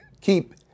keep